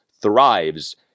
thrives